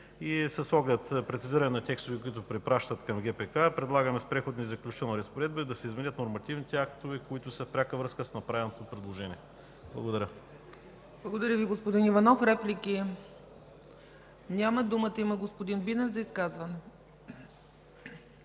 С оглед прецизиране на текстове, които препращат към ГПК, предлагаме в Преходните и заключителните разпоредби да се изменят нормативните актове, които са в пряка връзка с направеното предложение. Благодаря. ПРЕДСЕДАТЕЛ ЦЕЦКА ЦАЧЕВА: Благодаря Ви, господин Иванов. Реплики? Няма. Думата има господин Бинев за изказване.